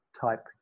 type